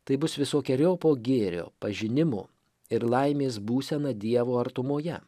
tai bus visokeriopo gėrio pažinimo ir laimės būsena dievo artumoje